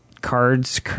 cards